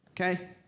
okay